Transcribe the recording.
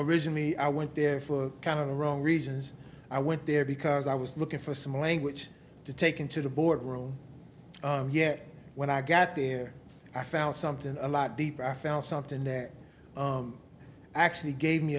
originally i went there for kind of the wrong reasons i went there because i was looking for some language to take into the boardroom and yet when i got there i found something a lot deeper i found something that actually gave me